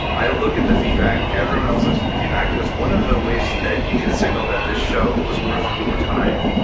i look at the feedback, everyone else looks feedback and it's one of the ways that you can signal that this show was worth your time.